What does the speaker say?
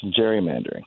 gerrymandering